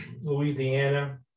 Louisiana